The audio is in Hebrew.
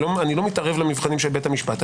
אני לא מתערב למבחנים של בית המשפט.